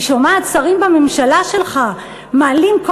אני שומעת שרים בממשלה שלך מעלים כל